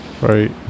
Right